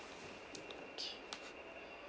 okay